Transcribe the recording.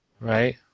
Right